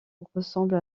ressemble